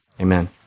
amen